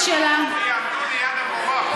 עמדתי ליד המורה.